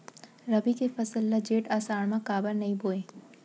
रबि के फसल ल जेठ आषाढ़ म काबर नही बोए?